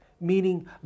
meaning